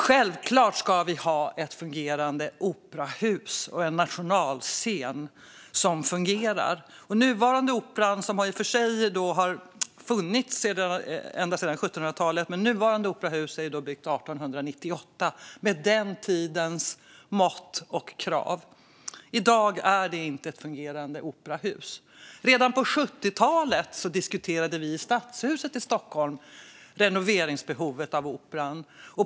Självklart ska vi ha ett fungerande operahus och en nationalscen som fungerar. Nuvarande Operan har i och för sig funnits ända sedan 1700-talet. Men nuvarande operahus är byggt 1898 med den tidens mått och krav. I dag är det inte ett fungerande operahus. Redan på 70-talet diskuterade vi i Stadshuset i Stockholm renoveringsbehovet av Operan.